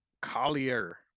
Collier